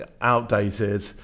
outdated